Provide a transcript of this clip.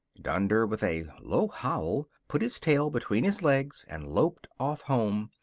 dunder, with a low howl, put his tail between his legs and loped off home,